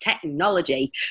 technology